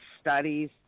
studies